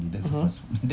mmhmm